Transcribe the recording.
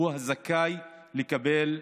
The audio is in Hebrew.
הוא הזכאי לקבל.